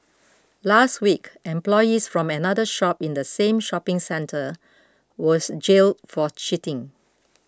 last week employees from another shop in the same shopping centre were jailed for cheating